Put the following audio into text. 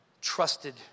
trusted